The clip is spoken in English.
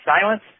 Silence